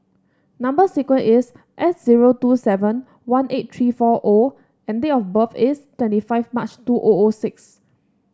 number sequence is S zero two seven one eight three four O and date of birth is twenty five March two O O six